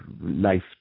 life